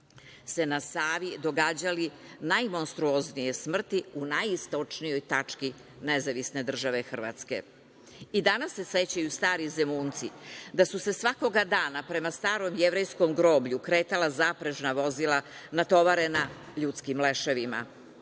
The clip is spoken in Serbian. se na Savi događali najmonstruoznije smrti u najistočnijoj tački NDH.I danas se sećaju stari Zemunci da su se svakoga dana prema Starom jevrejskom groblju kretala zaprežna vozila, natovarena ljudskim leševima,